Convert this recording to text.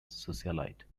socialite